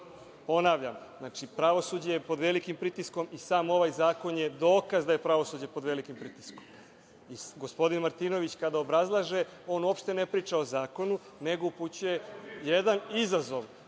znači, pravosuđe je pod velikim pritiskom i sam ovaj zakon je dokaz da je pravosuđe pod velikim pritiskom. Gospodin Martinović kada obrazlaže uopšte ne priča o zakonu, nego upućuje jedan izazov